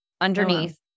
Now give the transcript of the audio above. underneath